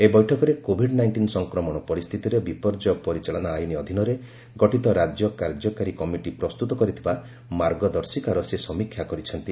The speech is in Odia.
ଏହି ବୈଠକରେ କୋଭିଡ୍ ନାଇଣ୍ଟିନ୍ ସଂକ୍ରମଣ ପରିସ୍ଥିତିରେ ବିପର୍ଯ୍ୟୟ ପରିଚାଳନା ଆଇନ ଅଧୀନରେ ଗଠିତ ରାଜ୍ୟ କାର୍ଯ୍ୟକାରୀ କମିଟି ପ୍ରସ୍ତୁତ କରିଥିବା ମାର୍ଗଦର୍ଶିକାର ସେ ସମୀକ୍ଷା କରିଛନ୍ତି